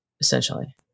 essentially